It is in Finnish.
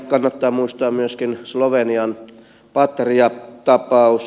kannattaa muistaa myöskin slovenian patria tapaus